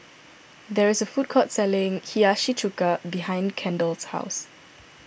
there is a food court selling Hiyashi Chuka behind Kendall's house